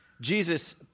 Jesus